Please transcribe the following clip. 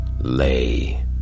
lay